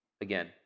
again